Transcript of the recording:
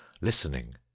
listening